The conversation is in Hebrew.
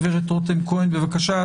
הגברת רותם כהן, בבקשה.